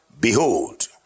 behold